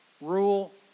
Rule